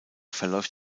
verläuft